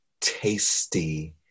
tasty